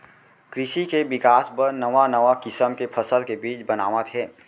कृसि के बिकास बर नवा नवा किसम के फसल के बीज बनावत हें